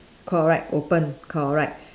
correct open correct